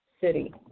city